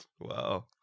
Wow